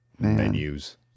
Menus